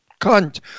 cunt